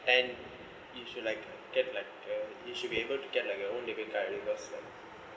and you should like get like you should be able to get like your own debit card because like